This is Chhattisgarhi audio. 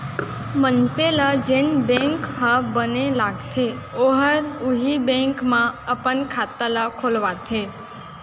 मनसे ल जेन बेंक ह बने लागथे ओहर उहीं बेंक म अपन खाता ल खोलवाथे